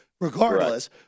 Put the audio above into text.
regardless